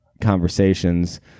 conversations